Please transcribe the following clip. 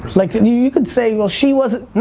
like and you you could say well she wasn't,